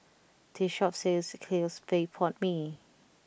this shop sells Clay Pot Mee